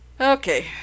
Okay